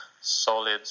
solid